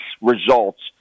results